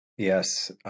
Yes